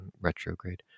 retrograde